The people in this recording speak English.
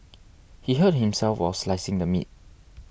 he hurt himself while slicing the meat